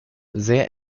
sehr